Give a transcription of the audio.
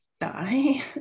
die